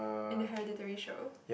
in the hereditary show